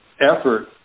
effort